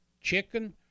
chicken